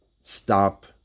stop